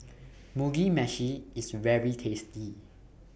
Mugi Meshi IS very tasty